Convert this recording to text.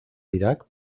irak